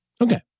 Okay